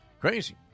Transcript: Crazy